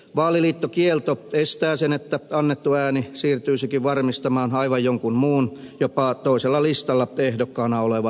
vaaliliittokielto estää sen että annettu ääni siirtyisikin varmistamaan aivan jonkun muun jopa toisella listalla ehdokkaana olevan läpimenon